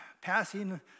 passing